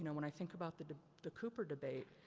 and when i think about the the cooper debate,